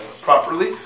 properly